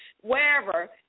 wherever